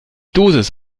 dosis